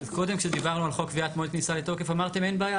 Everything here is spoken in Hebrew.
קודם כשדיברנו על חוק קביעת מועד כניסה לתוקף אמרתם אין בעיה,